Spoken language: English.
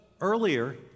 earlier